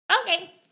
Okay